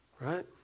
Right